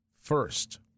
first